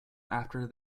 after